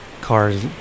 cars